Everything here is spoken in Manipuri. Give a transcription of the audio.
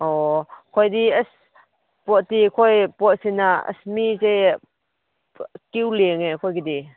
ꯑꯣ ꯑꯩꯈꯣꯏꯗꯤ ꯑꯁ ꯄꯣꯠꯇꯤ ꯑꯩꯈꯣꯏ ꯄꯣꯠꯁꯤꯅ ꯑꯁ ꯃꯤꯁꯦ ꯀꯤꯌꯨ ꯂꯦꯡꯉꯦ ꯑꯩꯈꯣꯏꯒꯤꯗꯤ